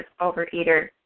overeater